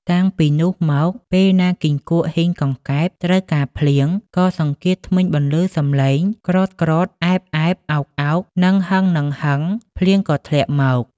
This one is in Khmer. តាំងពីនោះមកពេលណាគីង្គក់ ហ៊ីង កង្កែប ត្រូវការភ្លៀង ក៏សង្កៀតធ្មេញបន្លឺសំឡេងក្រតៗ! អែបៗ ! អោកៗ! ហ្នឹងហឹងៗ! ភ្លៀងក៏ធ្លាក់មក។